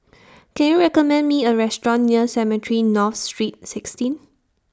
Can YOU recommend Me A Restaurant near Cemetry North Street sixteen